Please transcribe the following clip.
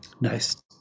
Nice